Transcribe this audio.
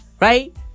right